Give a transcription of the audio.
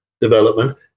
development